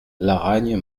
laragne